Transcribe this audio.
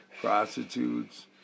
prostitutes